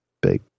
big